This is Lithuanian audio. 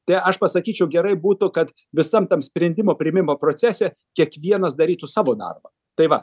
tai aš pasakyčiau gerai būtų kad visam tam sprendimo priėmimo procese kiekvienas darytų savo darbą tai va